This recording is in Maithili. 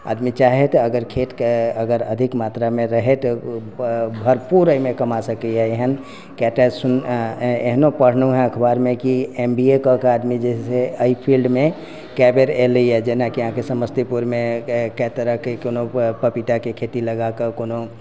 आदमी चाहय तऽ अगर खेतके अगर अधिक मात्रामे रहय तऽ भरपूर एहिमे कमा सकैए एहन कएटा सुनलहुँ एहनो पढ़लहुँ हेँ अखबारमे कि एम बी ए कऽ कऽ आदमी जे छै से एहि फील्डमे कए बेर एलैए जेनाकि अहाँकेँ समस्तीपुरमे कए तरहके कोनो पपीताके खेती लगा कऽ कोनो